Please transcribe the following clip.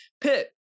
Pitt